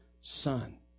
Son